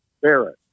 Barrett